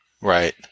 Right